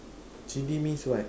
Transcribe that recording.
chili means what